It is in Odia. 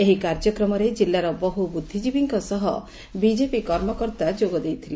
ଏହି କାର୍ଯ୍ୟକ୍ରମରେ ଜିଲ୍ଲାର ବହୁ ବୃଦ୍ଧିଜୀବୀଙ୍କ ସହ ବିଜେପି କର୍ମକର୍ତ୍ତା ଯୋଗ ଦେଇଥୁଲେ